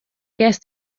gest